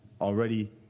already